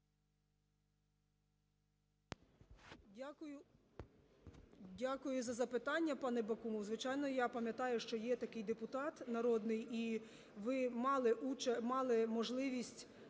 Дякую за запитання, пане Бакумов. Звичайно, я пам'ятаю, що є такий депутат народний і ви мали можливість